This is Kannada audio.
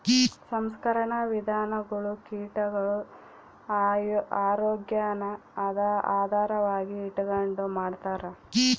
ಸಂಸ್ಕರಣಾ ವಿಧಾನಗುಳು ಕೀಟಗುಳ ಆರೋಗ್ಯಾನ ಆಧಾರವಾಗಿ ಇಟಗಂಡು ಮಾಡ್ತಾರ